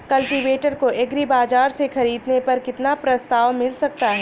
Cultivator को agri बाजार से ख़रीदने पर कितना प्रस्ताव मिल सकता है?